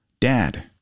Dad